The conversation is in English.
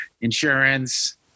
insurance